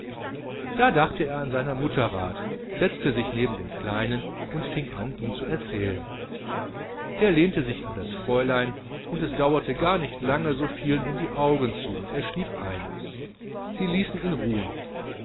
da dachte er an seiner mutter rat setzte sich neben den kleinen und fing an ihm zu erzählen der lehnte sich an das fräulein und es dauerte gar nicht lange so fielen ihm die augen zu und er schlief ein sie ließen ihn ruhen